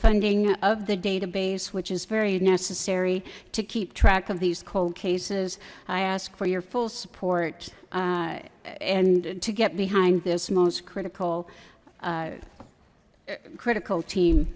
funding of the database which is very necessary to keep track of these cold cases i ask for your full support and to get behind this most critical critical team